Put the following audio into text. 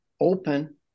open